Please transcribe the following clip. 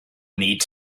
need